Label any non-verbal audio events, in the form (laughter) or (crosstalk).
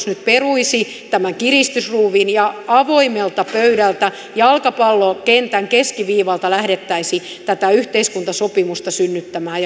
(unintelligible) nyt peruisi tämän kiristysruuvin ja avoimelta pöydältä jalkapallokentän keskiviivalta lähdettäisiin tätä yhteiskuntasopimusta synnyttämään (unintelligible)